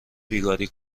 بیگاری